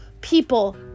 people